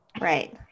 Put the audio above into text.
Right